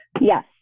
Yes